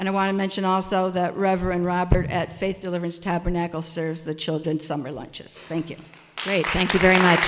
and i want to mention also that reverend robert at faith deliverance tabernacle serves the children summer lunches thank you thank you very much